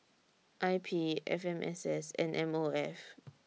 I P F M S S and M O F